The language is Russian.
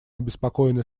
обеспокоены